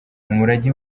umurage